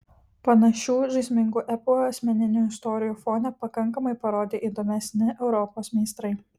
panašių žaismingų epų asmeninių istorijų fone pakankamai parodė įdomesni europos meistrai